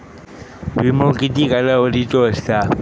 विमो किती कालावधीचो असता?